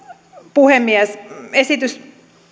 puhemies esitys